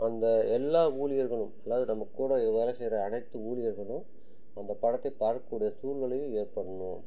அந்த எல்லா ஊழியர்களும் அதாவது நம்ம கூட வேலை செய்கிற அனைத்து ஊழியர்களும் அந்தப் படத்தை பார்க்கக்கூடிய சூழ்நிலையும் ஏற்படணும்